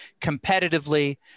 competitively